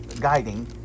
guiding